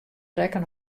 rekken